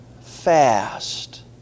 fast